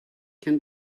can